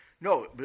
No